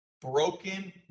broken